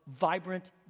vibrant